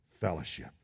fellowship